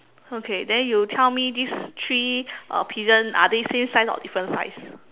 okay then you tell me this three uh pigeon are they same size or different size